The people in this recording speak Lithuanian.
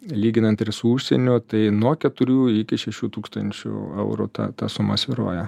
lyginant ir su užsieniu tai nuo keturių iki šešių tūkstančių eurų ta ta suma svyruoja